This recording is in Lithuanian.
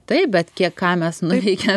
taip bet kiek ką mes nuveikėm